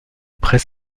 après